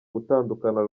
gutandukana